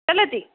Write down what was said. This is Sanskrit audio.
चलति